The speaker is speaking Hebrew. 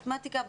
מתמטיקה,